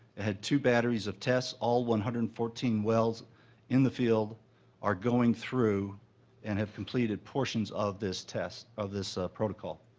had two batteries of tests all one hundred and fourteen wells in the field are going through and have completed portions of this test, of this protocol.